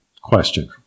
question